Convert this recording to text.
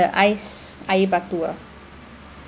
ice air batu ah